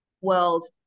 world